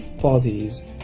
bodies